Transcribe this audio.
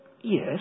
yes